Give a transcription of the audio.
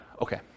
Okay